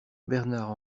bernard